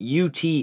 UT